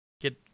get